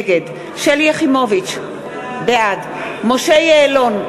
נגד שלי יחימוביץ, בעד משה יעלון,